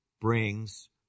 brings